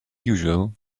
usual